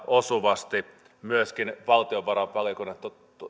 osuvasti myöskin valtiovarainvaliokuntaan